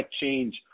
change